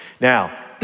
Now